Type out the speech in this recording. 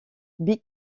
big